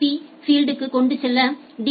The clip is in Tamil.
பி ஃபீல்டுயை கொண்டுள்ள டி